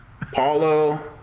Paulo